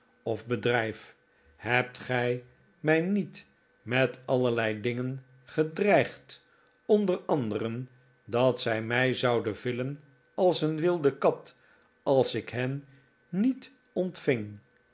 of bedrijf hebt gij mij niet met allerlei dingeh gedreigd onder anderen dat zij mij zouden villen als een wilde kat als ik hen niet ontving